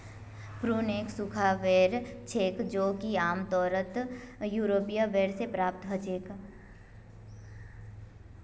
prune एक सूखा बेर छेक जो कि आमतौरत यूरोपीय बेर से प्राप्त हछेक